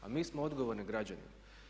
A mi smo odgovorni građanima.